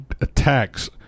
attacks